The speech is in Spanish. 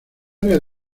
área